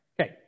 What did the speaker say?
Okay